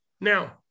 Now